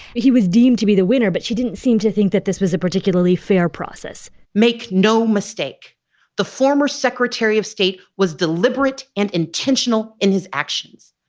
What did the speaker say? he was deemed deemed to be the winner, but she didn't seem to think that this was a particularly fair process make no mistake the former secretary of state was deliberate and intentional in his actions.